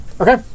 Okay